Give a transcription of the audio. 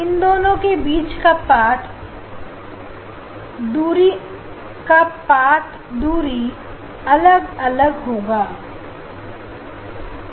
इन दोनों के बीच का पाठ दूरी अलग होगा अलग के लिए